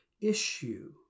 issue